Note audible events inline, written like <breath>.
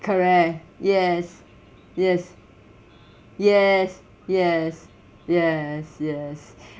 correct yes yes yes yes yes yes <breath>